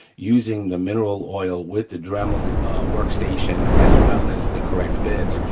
using the mineral oil with the dremel workstation as well as the correct bit,